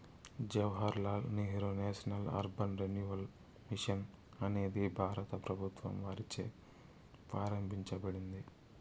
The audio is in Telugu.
Jawahar Lal Nehru national urban renewal mission అనేది భారత ప్రభుత్వం వారిచే ప్రారంభించబడింది